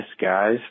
guys